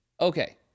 Okay